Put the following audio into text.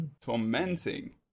Tormenting